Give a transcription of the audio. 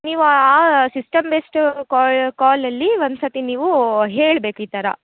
ನೀವು ಆ system based call ಕಾಲಲ್ಲಿ ಒಂದು ಸರ್ತಿ ನೀವು ಹೇಳ್ಬೇಕು ಈ ಥರ